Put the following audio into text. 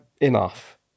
enough